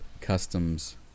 customs